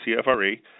CFRE